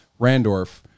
Randorf